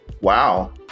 Wow